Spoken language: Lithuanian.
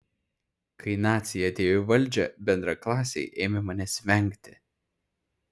kai naciai atėjo į valdžią bendraklasiai ėmė manęs vengti